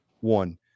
one